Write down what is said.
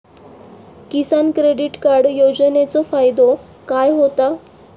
किसान credit card योजनेचो फायदो काय होता?